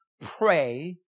pray